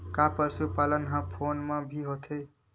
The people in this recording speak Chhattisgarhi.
का पशुपालन ह फोन म भी होथे?